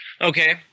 okay